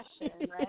right